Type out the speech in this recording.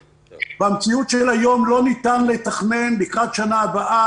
במציאות של היום לא ניתן לתכנן לקראת השנה הבאה.